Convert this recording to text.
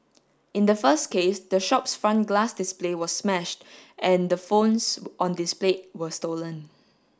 in the first case the shop front glass display was smashed and the phones on displayed were stolen